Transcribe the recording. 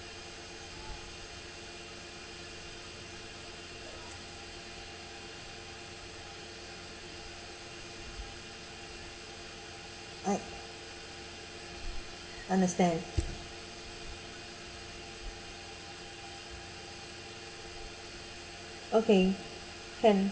I understand okay can